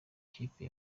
kipe